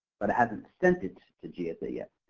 but it hasn't set it to gsa yet.